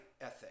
ethic